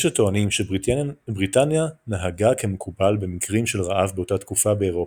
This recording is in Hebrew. יש הטוענים שבריטניה נהגה כמקובל במקרים של רעב באותה תקופה באירופה,